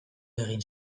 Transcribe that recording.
egin